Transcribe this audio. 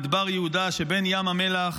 מדבר יהודה שבין ים המלח